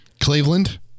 Cleveland